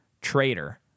Traitor